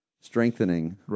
strengthening